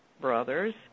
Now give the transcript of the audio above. brothers